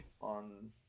on